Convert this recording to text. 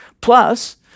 Plus